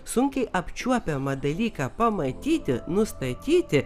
sunkiai apčiuopiamą dalyką pamatyti nustatyti